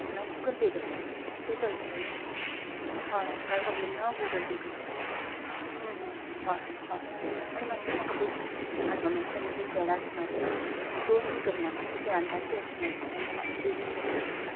आं मागी Google Pay करता ते चलतले न्ही हय हय कांय प्रॉब्लम ना हांव गुगल पे करता हय हय आनी मात्शी म्हाका बेगीन हाडपा मेळटलें म्हणजे एक देडा सुमार बी मात्शी दोन बी करनाका ती घरान जाण्टी आस न्ही मातशी तांकां मात्शें बेगीन जेवपा लागता